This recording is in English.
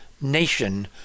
nation